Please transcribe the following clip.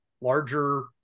larger